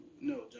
No